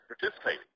participating